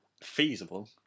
feasible